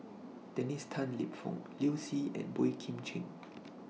Dennis Tan Lip Fong Liu Si and Boey Kim Cheng